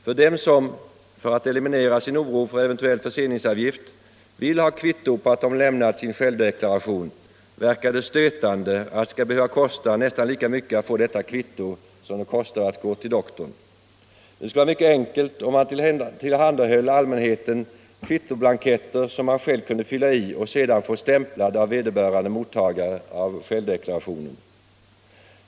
För dem som för att eliminera sin oro för eventuell förseningsavgift vill ha kvitto på att de lämnat sin självdeklaration verkar det stötande att det skall behöva kosta nästan lika mycket att få detta kvitto som det kostar att gå till doktorn. Det skulle vara mycket enkelt om man gorm.m. tillhandahöll allmänheten kvittoblanketter att fylla i och sedan få stämplade av vederbörande mottagare av självdeklarationen.